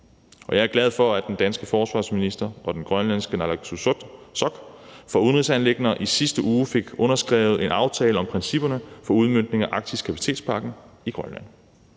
Jeg er glad for, at den danske forsvarsminister og den grønlandske naalakkersuisoq for udenrigsanliggender i sidste uge fik underskrevet en aftale om principperne for udmøntningen af den arktiske kapacitetspakke i Grønland.